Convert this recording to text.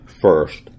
first